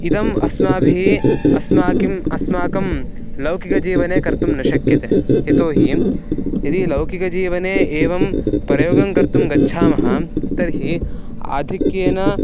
इदम् अस्माभिः अस्माकम् अस्माकं लौकिकजीवने कर्तुं न शक्यते यतोहि यदि लौकिकजीवने एवं प्रयोगं कर्तुं गच्छामः तर्हि आधिक्येन